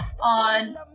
on